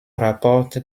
rapporte